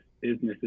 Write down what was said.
businesses